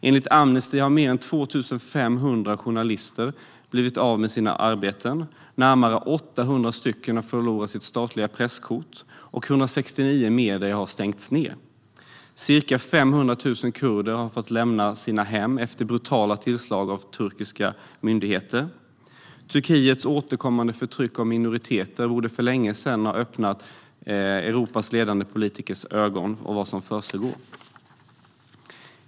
Enligt Amnesty har mer än 2 500 journalister blivit av med sina arbeten, närmare 800 har förlorat sitt statliga presskort och 169 medier har stängts ned. Ca 500 000 kurder har fått lämna sina hem efter brutala tillslag av turkiska myndigheter. Turkiets återkommande förtryck av minoriteter borde för länge sedan ha öppnat ögonen på Europas ledande politiker för vad som försiggår.